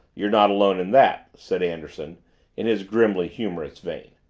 you're not alone in that, said anderson in his grimly humorous vein.